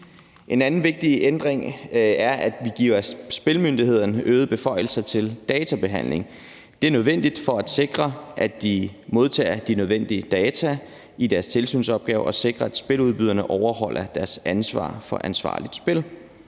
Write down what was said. En anden vigtig ændring er, at vi giver Spillemyndigheden øgede beføjelser til databehandling. Det er nødvendigt for at sikre, at de modtager de nødvendige data i deres tilsynsopgaver, og for at sikre, at spiludbyderne overholder deres ansvar for ansvarligt spil.